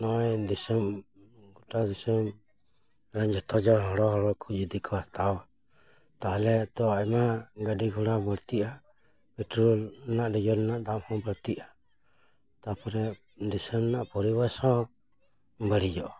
ᱱᱚᱜᱚᱭ ᱫᱤᱥᱚᱢ ᱜᱚᱴᱟ ᱫᱤᱥᱚᱢ ᱨᱮᱱ ᱡᱚᱛᱚ ᱦᱚᱲᱚ ᱦᱚᱲᱚ ᱡᱩᱫᱤ ᱠᱚ ᱦᱟᱛᱟᱣᱟ ᱛᱟᱦᱚᱞᱮ ᱛᱚ ᱟᱭᱢᱟ ᱜᱟᱹᱰᱤ ᱜᱷᱚᱲᱟ ᱵᱟᱹᱲᱛᱤᱜᱼᱟ ᱯᱮᱴᱨᱳᱞ ᱨᱮᱱᱟᱜ ᱰᱤᱡᱮᱞ ᱨᱮᱱᱟᱜ ᱫᱟᱢ ᱦᱚᱸ ᱵᱟᱹᱲᱛᱤᱜᱼᱟ ᱛᱟᱯᱚᱨᱮ ᱫᱤᱥᱚᱢ ᱨᱮᱱᱟᱜ ᱯᱚᱨᱤ ᱵᱮᱥ ᱦᱚᱸ ᱵᱟᱹᱲᱤᱡᱚᱜᱼᱟ